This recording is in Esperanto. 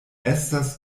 estas